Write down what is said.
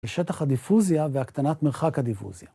לשטח הדיפוזיה והקטנת מרחק הדיפוזיה.